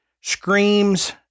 screams